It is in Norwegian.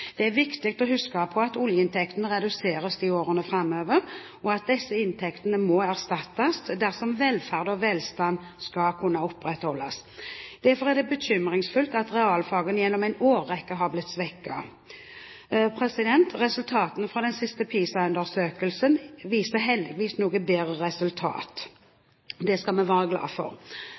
Det er viktig å huske på at oljeinntektene reduseres i årene framover, og at disse inntektene må erstattes dersom velferd og velstand skal kunne opprettholdes. Derfor er det bekymringsfullt at realfagene gjennom en årrekke har blitt svekket. Resultatene fra den siste PISA-undersøkelsen viser heldigvis et noe bedre resultat. Det skal vi være glade for.